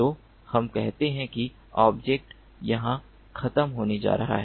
तो हम कहते हैं कि ऑब्जेक्ट यहाँ खत्म होने जा रहा है